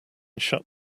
shut